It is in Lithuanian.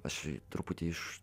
aš truputį iš